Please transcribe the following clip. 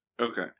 Okay